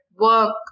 work